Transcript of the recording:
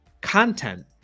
content